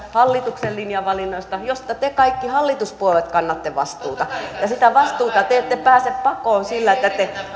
hallituksen linjanvalinnoista joista te te kaikki hallituspuolueet kannatte vastuuta ja sitä vastuuta te ette pääse pakoon sillä että te